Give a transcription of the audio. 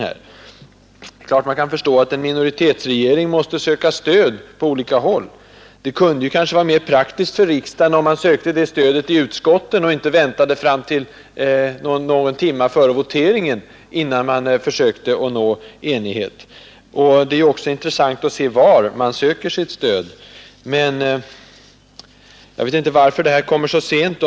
Det är klart att man kan förstå att en minoritetsregering måste söka stöd på olika håll. Det kunde kanske vara mera praktiskt för riksdagen, om man sökte det stödet i utskotten och inte väntade till någon timme före voteringen, innan man försökte nå enighet. Det är också intressant att se var man söker sitt stöd. Jag vet inte varför detta förslag kommer så sent.